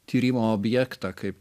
tyrimo objektą kaip